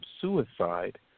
suicide